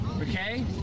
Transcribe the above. Okay